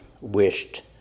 wished